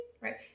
right